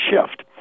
shift